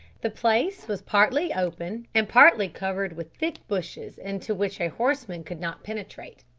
the place was partly open and partly covered with thick bushes into which a horseman could not penetrate.